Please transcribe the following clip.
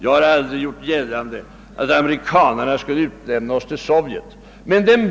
Jag har aldrig gjort gällande att amerikanarna skulle komma att utlämna oss till Sovjet om vi inte är snälla.